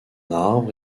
arbre